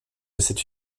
cette